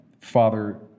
Father